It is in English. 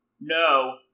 No